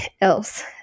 else